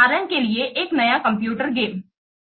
उदाहरण के लिए एक नया कंप्यूटर गेम